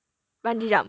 bungee jump